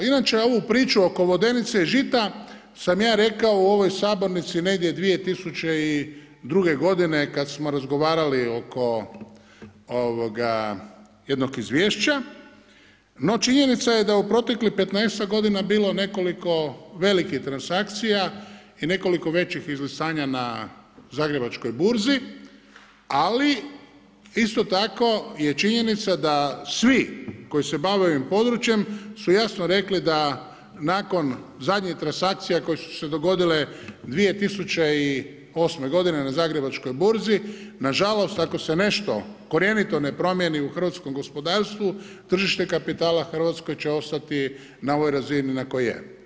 Inače ovu priču oko Vodenice i Žita sam ja rekao u ovoj sabornici negdje 2002. godine kad smo razgovarali oko jednog izvješća, no činjenica je da u proteklih 15-ak godina bilo nekoliko velikih transakcija i nekoliko većih izlistanja na Zagrebačkoj burzi, ali isto tako je činjenica da svi koji se bave ovim područjem su jasno rekli da nakon zadnjih transakcija koje su se dogodile 2008. godine na zagrebačkoj burzi, nažalost ako se nešto korjenito ne promijeni u hrvatskom gospodarstvu, tržište kapitala Hrvatskoj će ostati na ovoj razini na kojoj je.